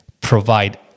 provide